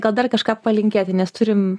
gal dar kažką palinkėti nes turim